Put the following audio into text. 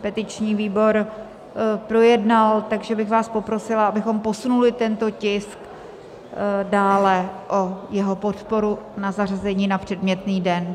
Petiční výbor projednal, takže bych vás poprosila, abychom posunuli tento tisk dále, o jeho podporu na zařazení na předmětný den.